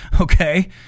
okay